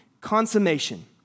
consummation